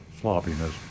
sloppiness